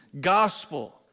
gospel